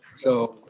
so,